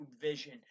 vision